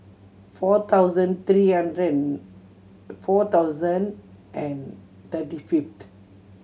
four thousand three hundred and four thousand and thirty fifth